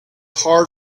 hard